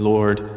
Lord